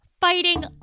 Fighting